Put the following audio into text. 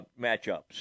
matchups